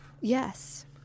Yes